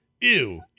Ew